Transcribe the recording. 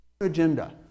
agenda